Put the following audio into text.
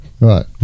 Right